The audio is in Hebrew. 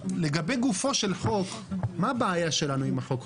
לגבי גופו של החוק, מה הבעיה שלנו עם החוק?